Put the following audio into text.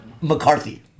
McCarthy